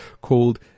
called